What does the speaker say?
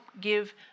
give